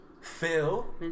Phil